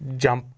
jump